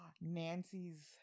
Nancy's